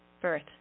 birth